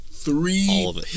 Three